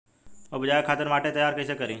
उपजाये खातिर माटी तैयारी कइसे करी?